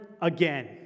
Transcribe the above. again